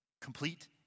complete